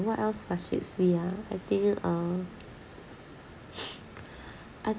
what else frustrates me ah I think uh I